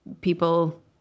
people